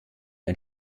ein